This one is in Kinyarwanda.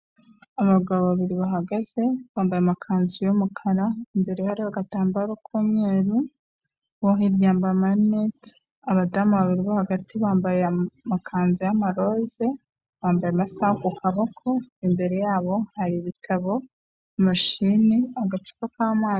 Abagabo babiri bahagaze bambaye amakanzu y'umukara imbere hari agatambaro k'umweru, uwo hirya yambaye amarinete, abadamu babiri bo hagati bambaye amakanzu y'amaroza, bambaye amasaha ku kaboko, imbere yabo hari ibitabo, mashine agacupa k'amazi...